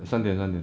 三点三点